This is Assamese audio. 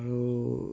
আৰু